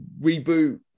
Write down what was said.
reboot